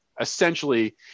essentially